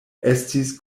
estis